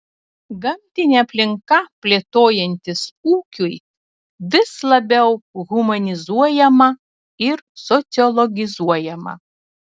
gamtinė aplinka plėtojantis ūkiui vis labiau humanizuojama ir sociologizuojama